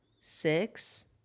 six